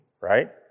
right